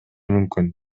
мүмкүн